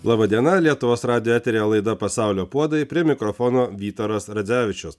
laba diena lietuvos radijo eteryje laida pasaulio puodai prie mikrofono vytaras radzevičius